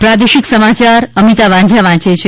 પ્રાદેશિક સમાચાર અમિતા વાંઝા વાંચે છે